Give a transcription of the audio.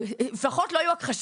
לפחות לא היו הכחשות.